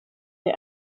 der